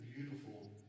beautiful